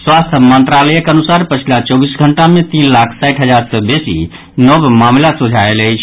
स्वास्थ्य मंत्रालयक अनुसार पछिला चौबीस घंटा मे तीन लाख साठि हजार सँ बेसी नव मामिला सोझा आयल अछि